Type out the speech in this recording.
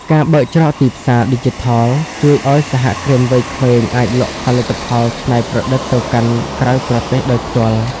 ការបើកច្រកទីផ្សារឌីជីថលជួយឱ្យសហគ្រិនវ័យក្មេងអាចលក់ផលិតផលច្នៃប្រឌិតទៅកាន់ក្រៅប្រទេសដោយផ្ទាល់។